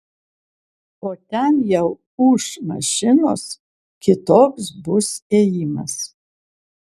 o ten jau ūš mašinos kitoks bus ėjimas